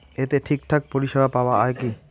এতে ঠিকঠাক পরিষেবা পাওয়া য়ায় কি?